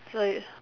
so you